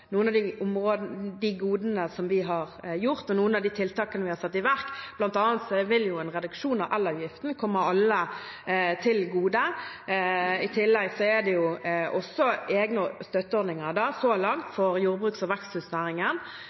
noen av de godene vi har gitt, og noen av de tiltakene vi har satt i verk. Blant annet vil en reduksjon av elavgiften komme alle til gode. I tillegg er det så langt egne støtteordninger for jordbruket og veksthusnæringen,